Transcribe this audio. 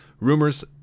Rumors